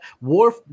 War